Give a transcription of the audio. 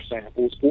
samples